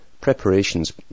preparations